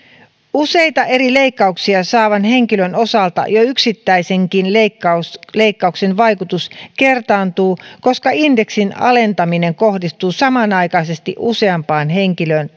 useita eri leikkauksia saavan henkilön osalta jo yksittäisenkin leikkauksen vaikutus kertaantuu koska indeksin alentaminen kohdistuu samanaikaisesti useampaan henkilön